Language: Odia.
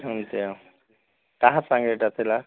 ସେମିତି ଆଉ କାହା ପାଇଁ ଏଇଟା ଥିଲା